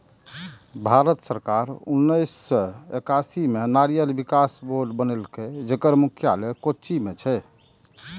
भारत सरकार उन्नेस सय एकासी मे नारियल विकास बोर्ड बनेलकै, जेकर मुख्यालय कोच्चि मे छै